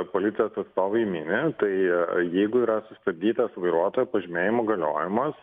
policijos atstovai mini tai jeigu yra sustabdytas vairuotojo pažymėjimo galiojimas